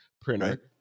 printer